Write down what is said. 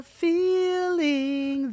feeling